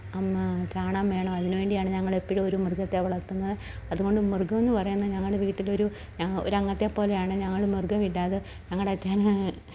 അമ്മ ചാണകം വേണം അതിന് വേണ്ടിയാണ് ഞങ്ങൾ എപ്പഴും ഒരു മൃഗത്തേ വളർത്തുന്നത് അതുകൊണ്ട് മൃഗമെന്ന് പറയുന്നത് ഞങ്ങള്ഉടെ വീട്ടിലൊരു ഒരു അംഗത്തെ പോലെയാണ് ഞങ്ങൾ മൃഗം വിടാതെ ഞങ്ങളുടെ അച്ചായന്